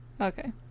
Okay